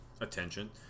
attention